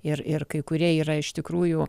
ir ir kai kurie yra iš tikrųjų